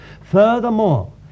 Furthermore